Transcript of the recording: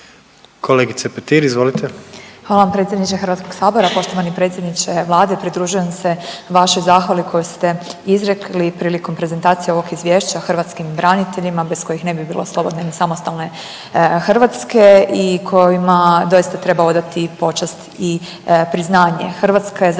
Kolegice Petir, izvolite.